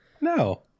no